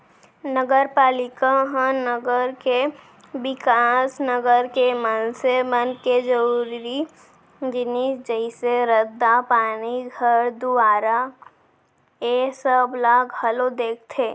नगरपालिका ह नगर के बिकास, नगर के मनसे मन के जरुरी जिनिस जइसे रद्दा, पानी, घर दुवारा ऐ सब ला घलौ देखथे